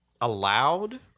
allowed